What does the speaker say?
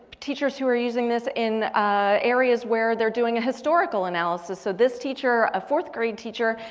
teachers who are using this in areas where they're doing a historical analysis. so this teacher, a fourth grade teacher.